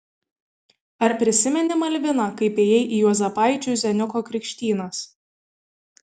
ar prisimeni malvina kaip ėjai į juozapaičių zeniuko krikštynas